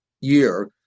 year